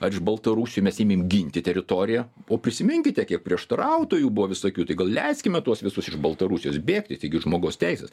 ar iš baltarusių mes ėmėm ginti teritoriją po prisiminkite kiek prieštarautojų buvo visokių tai gal leiskime tuos visus iš baltarusijos bėgti taigi žmogaus teisės